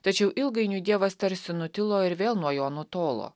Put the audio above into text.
tačiau ilgainiui dievas tarsi nutilo ir vėl nuo jo nutolo